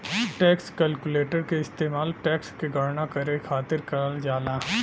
tax calculator क इस्तेमाल tax क गणना करे खातिर करल जाला